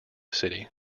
city